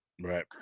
right